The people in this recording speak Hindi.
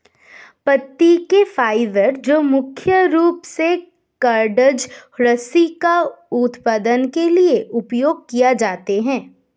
पत्ती के फाइबर जो मुख्य रूप से कॉर्डेज रस्सी का उत्पादन के लिए उपयोग किए जाते हैं